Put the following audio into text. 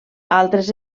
altres